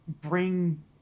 Bring